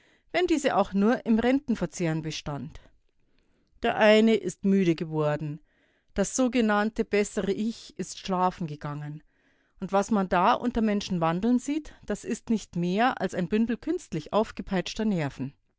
wenn diese auch nur im rentenverzehren bestand der eine ist müde geworden das sogenannte bessere ich ist schlafen gegangen und was man da unter menschen wandeln sieht das ist nicht mehr als ein bündel künstlich aufgepeitschter nerven